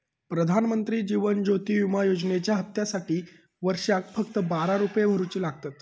प्रधानमंत्री जीवन ज्योति विमा योजनेच्या हप्त्यासाटी वर्षाक फक्त बारा रुपये भरुचे लागतत